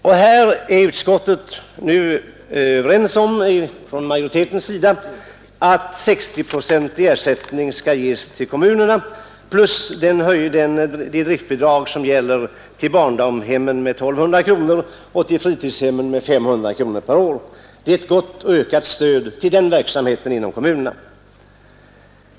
Utskottsmajoriteten föreslår att statsbidraget till de kommunala bostadstilläggen skall utgå med 60 procent och att driftbidragen till kommunernas kostnader för barndaghemmen skall höjas med 1 200 kronor per plats och för fritidshemmen med 500 kronor per plats och år. Det är en god ökning av stödet till denna verksamhet i kommunerna.